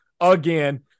again –